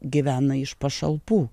gyvena iš pašalpų